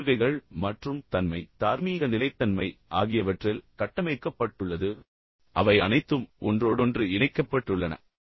இது கொள்கைகள் மற்றும் தன்மை தார்மீக நிலைத்தன்மை ஆகியவற்றில் கட்டமைக்கப்பட்டுள்ளது அவை அனைத்தும் ஒன்றோடொன்று இணைக்கப்பட்டுள்ளன